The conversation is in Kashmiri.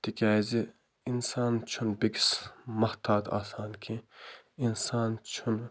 تِکیٛازِ اِنسان چھِنہٕ بٮ۪کِس محتداد آسان کیٚنہہ اِنسان چھُنہٕ